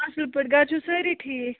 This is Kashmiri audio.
اَصٕل پٲٹھۍ گَرٕ چھِو سٲری ٹھیٖک